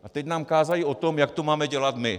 A teď nám kážou o tom, jak to máme dělat my.